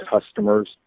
customers